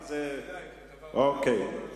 בוודאי,